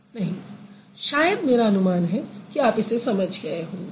नहीं शायद मेरा अनुमान है कि आप सभी इसे समझ गए होंगे